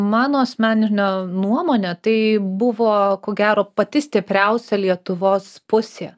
mano asmenine nuomone tai buvo ko gero pati stipriausia lietuvos pusė